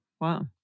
wow